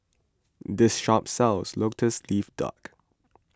this shop sells Lotus Leaf Duck